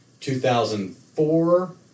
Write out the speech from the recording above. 2004